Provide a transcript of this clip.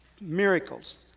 miracles